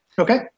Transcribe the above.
Okay